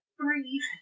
three